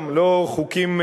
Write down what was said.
לא חוקים,